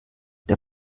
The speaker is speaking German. der